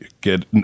get